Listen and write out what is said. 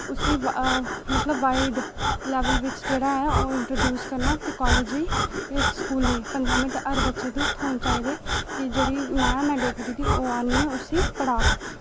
उसी मतलब wide level बिच जेह्ड़ा ऐ ओह् इंट्रोडूस करना ते कालेजें जा स्कूलें पंदरा मिंट हर बच्चे नू थ्होने चाहिदे कि जेह्ड़ी मैम ऐ डोगरी दी ओह् आह्नियै उसी पढ़ा